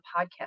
podcast